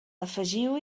afegiu